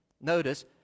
Notice